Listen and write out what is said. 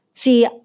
See